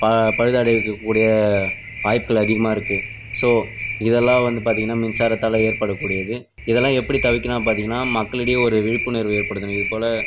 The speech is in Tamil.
ப பழுதடையறதுக்கு கூடிய வாய்ப்புகள் அதிகமாக இருக்குது ஸோ இதெல்லாம் வந்து பார்த்தீங்ன்னா மின்சாரத்தால் ஏற்படக்கூடியது இதெல்லாம் எப்படி தவிர்க்கனுன்னு பார்த்தீங்ன்னா மக்களிடையே ஒரு விழிப்புணர்வு ஏற்படுத்தனும் இதுபோல்